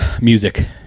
Music